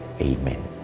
Amen